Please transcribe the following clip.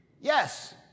Yes